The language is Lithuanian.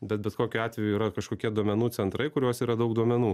bet bet kokiu atveju yra kažkokie duomenų centrai kuriuos yra daug duomenų